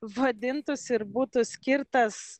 vadintųsi ir būtų skirtas